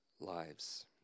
lives